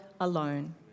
alone